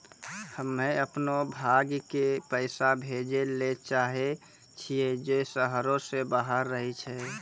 हम्मे अपनो भाय के पैसा भेजै ले चाहै छियै जे शहरो से बाहर रहै छै